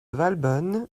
valbonne